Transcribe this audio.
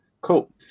Cool